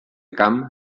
camp